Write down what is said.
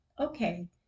okay